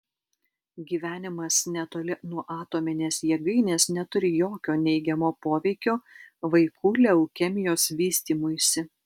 gyvenimas netoli nuo atominės jėgainės neturi jokio neigiamo poveikio vaikų leukemijos vystymuisi